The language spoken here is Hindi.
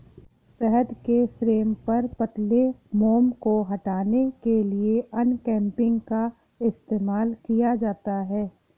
शहद के फ्रेम पर पतले मोम को हटाने के लिए अनकैपिंग का इस्तेमाल किया जाता है